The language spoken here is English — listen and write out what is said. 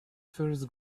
first